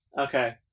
Okay